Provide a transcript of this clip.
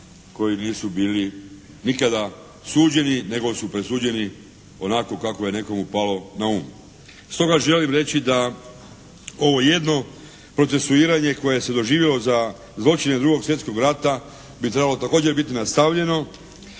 koji nisu bili nikada suđeni, nego su presuđeni onako kako je nekomu palo na um. Stoga želim reći da ovo jedno procesuiranje koje se doživjelo za zločine 2. svjetskog rata bi trebalo također biti nastavljeno,